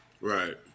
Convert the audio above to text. Right